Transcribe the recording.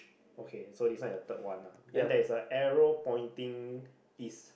okay so this is the third one lah then there's a arrow pointing East